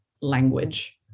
language